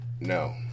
no